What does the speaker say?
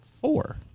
four